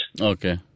Okay